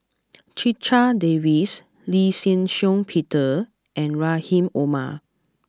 Checha Davies Lee Shih Shiong Peter and Rahim Omar